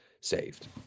saved